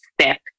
step